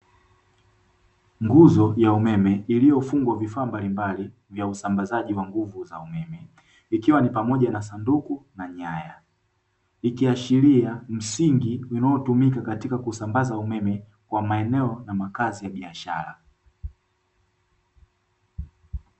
Nguzo ya umeme iliyofungwa vifaa mbalimbali vya usambazaji wa nguvu za umeme, ikiwa ni pamoja na sanduku na nyaya. Ikiashiria msingi unaotumika katika kusambaza umeme kwa maeneo na makazi ya biashara.